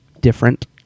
different